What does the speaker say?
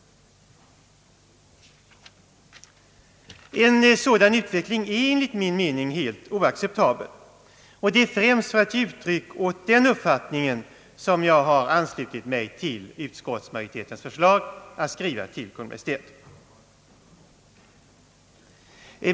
En sådan utveckling är enligt min mening helt oacceptabel. Det är främst för att ge uttryck åt den uppfattningen som jag har anslutit mig till utskottsmajoritetens förslag att riksdagen bör skriva till Kungl. Maj:t.